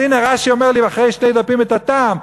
אז הנה רש"י אומר לי אחרי שני דפים את הטעם,